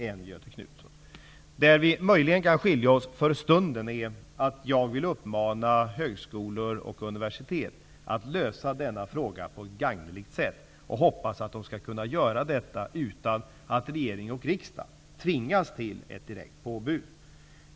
Möjligen ligger skillnaden mellan oss för stunden i att jag vill uppmana högskolor och universitet att lösa denna fråga på ett gagneligt sätt, och jag hoppas att de skall kunna göra detta utan att regering och riksdag tvingas till ett direkt påbud.